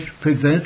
prevent